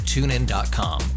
TuneIn.com